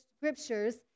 scriptures